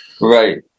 right